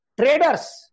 traders